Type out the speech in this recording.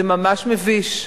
זה ממש מביש.